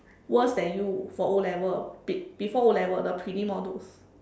worse than you for O-level be~ before O-level the prelim all those